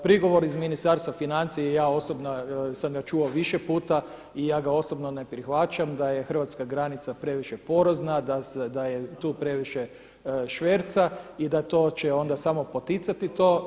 Prigovor iz Ministarstva financija i ja osobno sam ga čuo više puta i ja ga osobno ne prihvaćam da je hrvatska granica previše porozna da je tu previše šverca i da to će onda samo poticati to.